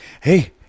Hey